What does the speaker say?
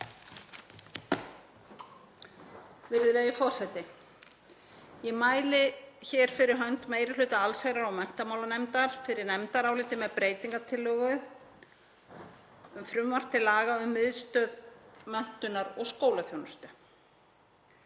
Virðulegi forseti. Ég mæli fyrir hönd meiri hluta allsherjar- og menntamálanefndar fyrir nefndaráliti með breytingartillögu um frumvarp til laga um Miðstöð menntunar og skólaþjónustu.